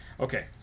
Okay